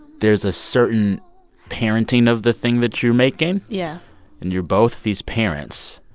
there's a certain parenting of the thing that you're making yeah and you're both these parents.